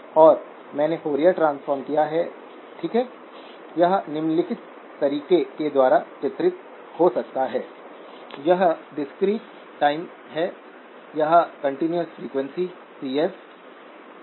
यदि VDSVGS VT है और अन्यथाVDSVGS VT है तो यह ट्राइओड रीजन में प्रवेश करता है